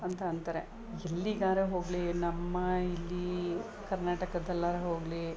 ಅಂತ ಅಂತಾರೆ ಎಲ್ಲಿಗಾದ್ರು ಹೋಗಲಿ ನಮ್ಮ ಇಲ್ಲಿ ಕರ್ನಾಟಕದಲ್ಲಾದ್ರು ಹೋಗಲಿ